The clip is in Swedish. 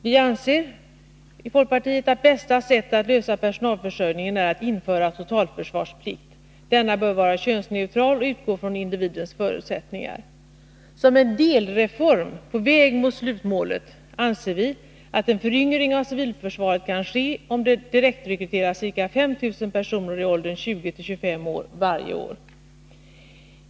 Vi i folkpartiet anser att det bästa sättet att lösa personalförsörjningen är att införa totalförsvarsplikt. Denna bör vara könsneutral och utgå från individens förutsättningar. Som en delreform på väg mot slutmålet anser vi att en föryngring av civilförsvaret kan ske, om det varje år direktrekryteras ca 5 000 personer i åldern 20-25 år.